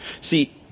See